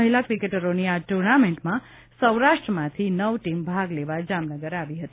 મહિલા ક્રિકેટરોની આ ્ટ્રનામેન્ટમાં સૌરાષ્ટ્રમાંથી નવ ટીમ ભાગ લેવા જામનગર આવી હતી